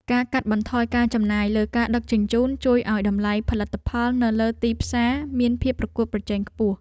ការកាត់បន្ថយការចំណាយលើការដឹកជញ្ជូន ជួយឱ្យតម្លៃផលិតផលនៅលើទីផ្សារមានភាពប្រកួតប្រជែងខ្ពស់។